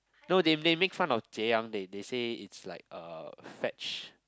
no they they make fun of Jieyang they they say it's like a fetch